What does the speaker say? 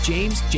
James